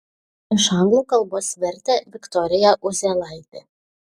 iš anglų kalbos vertė viktorija uzėlaitė